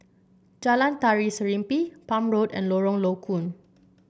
Jalan Tari Serimpi Palm Road and Lorong Low Koon